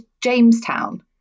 Jamestown